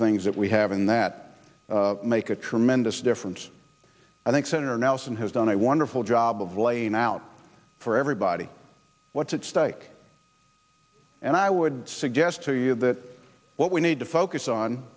things that we have in that make a tremendous difference i think senator nelson has done a wonderful job of laying out for everybody what's at stake and i would suggest to you that what we need to focus on